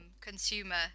consumer